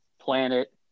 Planet